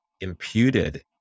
imputed